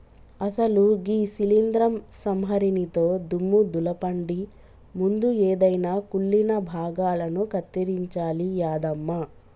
అసలు గీ శీలింద్రం సంహరినితో దుమ్ము దులపండి ముందు ఎదైన కుళ్ళిన భాగాలను కత్తిరించాలి యాదమ్మ